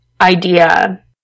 idea